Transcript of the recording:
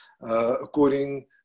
according